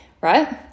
right